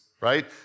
right